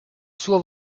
suo